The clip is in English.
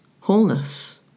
wholeness